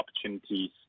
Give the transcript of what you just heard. opportunities